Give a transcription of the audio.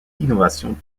innovations